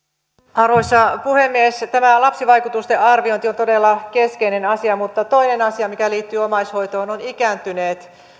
arvoisa puhemies tämä lapsivaikutusten arviointi on todella keskeinen asia mutta toinen asia mikä liittyy omaishoitoon on ikääntyneet